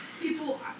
People